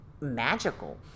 magical